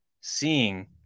seeing